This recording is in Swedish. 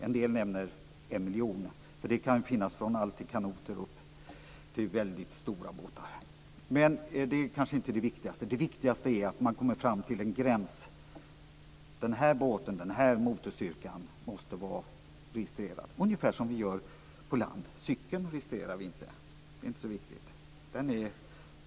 En del nämner en miljon, och det kan vara så med allt från kanoter till väldligt stora båtar. Men det är kanske inte det viktigaste. Det är att man kommer fram till en gräns för när en båt med en viss motorstyrka måste vara registrerad - ungefär motsvarande det som vi gör på land. Det är inte så viktigt att registrera cykeln.